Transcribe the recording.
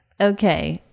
Okay